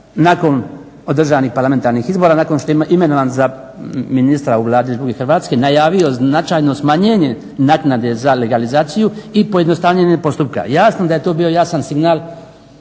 nakon održanih parlamentarnih izbora, nakon što je imenovan za ministra u Vladi Republike Hrvatske najavio značajno smanjenje naknade za legalizaciju i pojednostavnjenje postupka. Jasno da je to bio jasan signal